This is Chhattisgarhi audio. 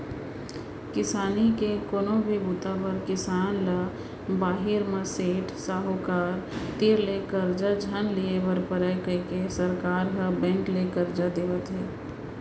किसानी के कोनो भी बूता बर किसान ल बाहिर म सेठ, साहूकार तीर ले करजा झन लिये बर परय कइके सरकार ह बेंक ले करजा देवात हे